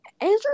Andrew